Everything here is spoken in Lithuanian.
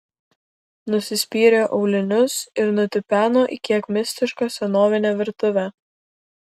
nusispyrė aulinius ir nutipeno į kiek mistišką senovinę virtuvę